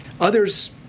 Others